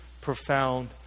profound